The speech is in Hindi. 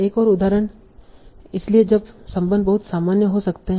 एक और उदाहरण इसलिए जब संबंध बहुत सामान्य हो सकते हैं